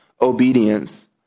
obedience